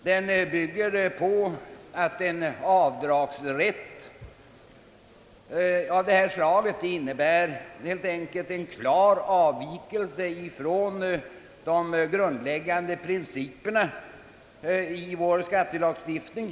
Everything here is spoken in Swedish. Riksdagen har ansett att en avdragsrätt av detta slag helt enkelt innebär en klar avvikelse från de grundläggande principerna i vår skattelagstiftning.